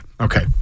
Okay